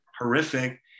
horrific